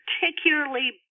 particularly